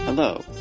Hello